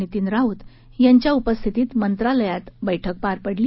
नितीन राऊत यांच्या उपस्थितीत मंत्रालयात बैठक पार पडली